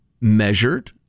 measured